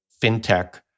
fintech